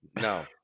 No